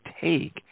take